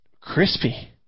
crispy